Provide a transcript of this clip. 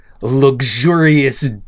luxurious